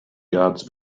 guard’s